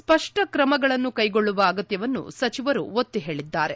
ಸ್ವಷ್ಟ ತ್ರಮಗಳನ್ನು ಕೈಗೊಳ್ಳುವ ಅಗತ್ಯವನ್ನು ಸಚಿವರು ಒತ್ತಿ ಹೇಳಿದ್ದಾರೆ